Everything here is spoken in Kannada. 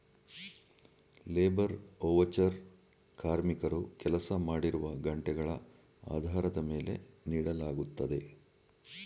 ಲೇಬರ್ ಓವಚರ್ ಕಾರ್ಮಿಕರು ಕೆಲಸ ಮಾಡಿರುವ ಗಂಟೆಗಳ ಆಧಾರದ ಮೇಲೆ ನೀಡಲಾಗುತ್ತದೆ